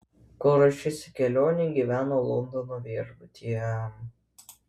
kol ruošėsi kelionei gyveno londono viešbutyje